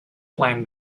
flame